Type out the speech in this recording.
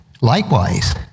likewise